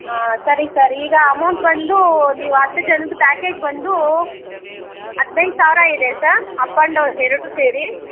ಹಾಂ ಸರಿ ಸರ್ ಈಗ ಅಮೌಂಟ್ ಬಂದು ನೀವು ಹತ್ತು ಜನದ ಪ್ಯಾಕೇಜ್ ಬಂದು ಹದಿನೈದು ಸಾವಿರ ಇದೆ ಸರ್ ಅಪ್ ಆ್ಯಂಡ್ ಡೌನ್ ಎರಡೂ ಸೇರಿ